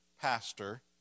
pastor